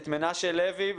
את מנשה לוי.